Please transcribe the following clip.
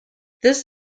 this